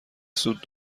سوت